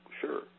sure